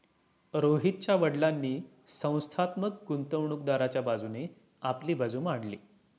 रोहितच्या वडीलांनी संस्थात्मक गुंतवणूकदाराच्या बाजूने आपली बाजू मांडली